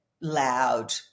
loud